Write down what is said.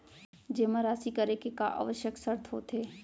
जेमा राशि करे के का आवश्यक शर्त होथे?